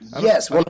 Yes